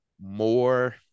more